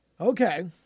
Okay